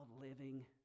living